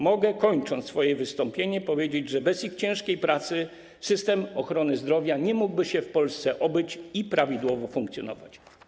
Mogę, kończąc swoje wystąpienie, powiedzieć, że bez ich ciężkiej pracy system ochrony zdrowia nie mógłby w Polsce się obyć i prawidłowo funkcjonować.